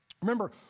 Remember